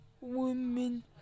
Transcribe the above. women